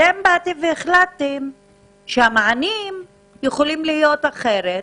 אתם החלטתם שהמענים יכולים להיות אחרת,